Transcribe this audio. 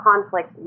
conflict